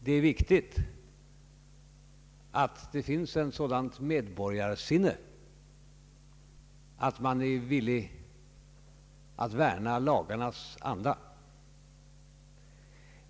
Det är viktigt att det finns ett sådant medborgarsinne att man är villig att värna lagarnas anda.